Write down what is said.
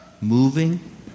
moving